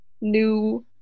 new